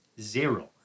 Zero